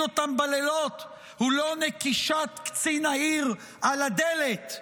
אותם בלילות הוא לא נקישת קצין העיר על הדלת,